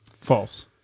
False